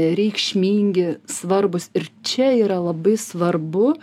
reikšmingi svarbūs ir čia yra labai svarbu